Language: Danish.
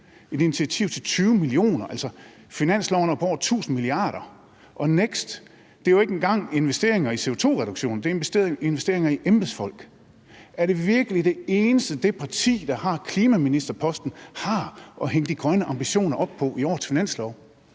et initiativ til 20 mio. kr. – altså, finansloven er på over 1.000 mia. kr., og NEKST er jo ikke engang investeringer i CO2-reduktioner, det er investeringer i embedsfolk. Er det virkelig det eneste, som det parti, der har klimaministerposten, har at hænge de grønne ambitioner op på i årets finanslov?